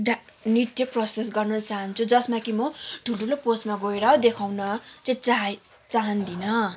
र नृत्य प्रस्तुत गर्न चाहन्छु जसमा कि म ठुल्ठुलो पोस्टमा गएर देखाउन चाहिँ चाहे चाहँदिनँ